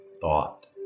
thought